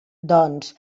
doncs